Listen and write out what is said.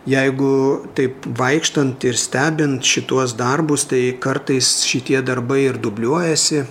jeigu taip vaikštant ir stebint šituos darbus tai kartais šitie darbai ir dubliuojasi